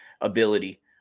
ability